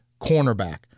cornerback